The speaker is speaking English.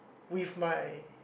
with my